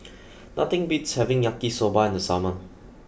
nothing beats having Yaki Soba in the summer